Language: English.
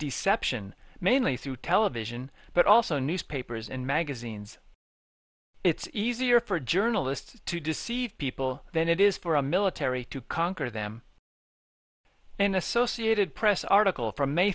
deception mainly through television but also newspapers and magazines it's easier for journalists to deceive people than it is for a military to conquer them an associated press article from m